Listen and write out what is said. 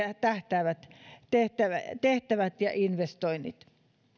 tähtäävät tehtävät tehtävät ja investoinnit